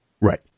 Right